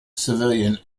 civilian